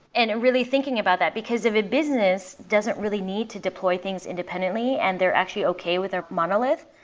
and really thinking about that, because if a business doesn't really need to deploy things independently and they're actually okay with their monolith,